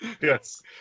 Yes